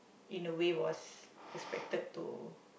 in a way was expected to